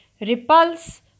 repulse